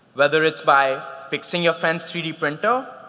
whether it's by fixing your friend's three d printer,